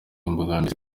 imbogamizi